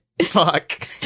fuck